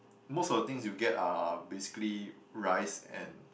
most of things you get are basically rice and